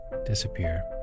disappear